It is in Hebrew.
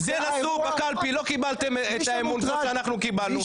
כי לא קיבלתם את האמון שאנחנו קיבלנו,